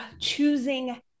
choosing